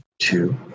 two